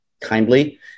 kindly